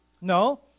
No